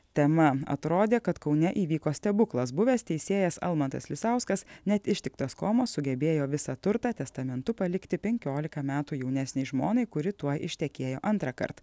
tema atrodė kad kaune įvyko stebuklas buvęs teisėjas almantas lisauskas net ištiktas komos sugebėjo visą turtą testamentu palikti penkiolika metų jaunesnei žmonai kuri tuoj ištekėjo antrąkart